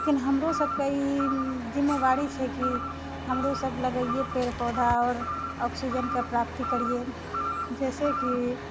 लेकिन हमरो सबकेँ ई जिम्मेवारी छै कि हमरो सब लगैयै पेड़ पौधा आओर ऑक्सीजनके प्राप्ति करियै जैसे कि